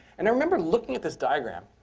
and i remember looking at this diagram,